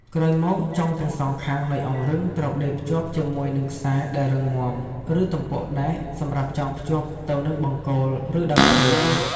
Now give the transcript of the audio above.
ក្រោយមកចុងទាំងសងខាងនៃអង្រឹងត្រូវដេរភ្ជាប់ជាមួយនឹងខ្សែដែលរឹងមាំ ឬទំពក់ដែកសម្រាប់ចងភ្ជាប់ទៅនឹងបង្គោល ឬដើមឈើ។